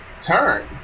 turn